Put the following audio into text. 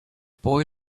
boy